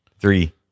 Three